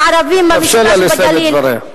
תאפשר לה לסיים את דבריה.